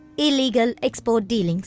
illegal export deals.